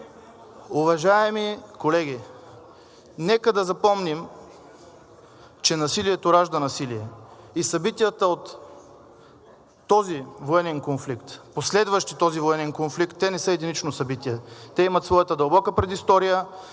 зала. Уважаеми колеги, нека да запомним, че насилието ражда насилие и събитията от този военен конфликт, последващи този военен конфликт, те не са единично събитие. Те имат своята дълбока предистория